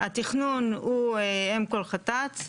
התכנון הוא אם כל חטאת,